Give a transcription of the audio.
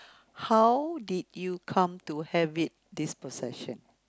how did you come to have it this possession